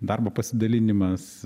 darbo pasidalinimas